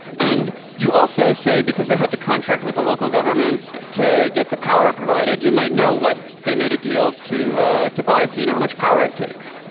and they also, say, because they had to contract with the local government to get the power provided, you might know what they made a deal to to buy, so you know how much power it takes.